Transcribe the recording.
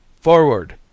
Forward